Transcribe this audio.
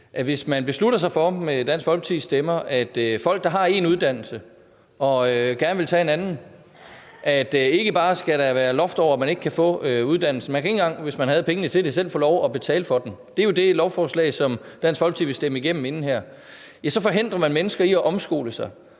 stemmer siger til folk, der har en uddannelse, og gerne vil tage en anden, at det er sådan, at der ikke bare skal være loft over at få uddannelsen. Nej, man kan ikke engang, hvis man havde pengene til det, selv få lov at betale for den. Det er jo det lovforslag, som Dansk Folkeparti vil stemme igennem herinde. Hvis man gør det, forhindrer man mennesker i at omskole sig,